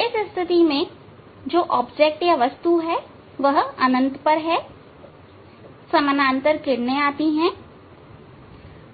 ऐसी स्थिति में वस्तु अनंत पर है समानांतर किरणें आती हैं